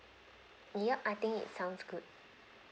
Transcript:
yup I think it sounds good